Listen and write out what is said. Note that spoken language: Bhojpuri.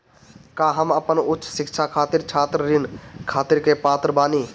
का हम अपन उच्च शिक्षा खातिर छात्र ऋण खातिर के पात्र बानी?